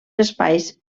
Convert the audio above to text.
espais